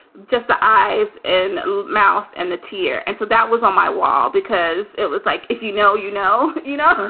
just the eyes and mouth and the tier and so that was on my wall because it was like, if you know, you know, you know,